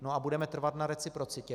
No a budeme trvat na reciprocitě.